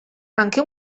anche